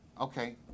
Okay